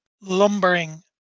lumbering